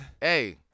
Hey